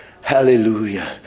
hallelujah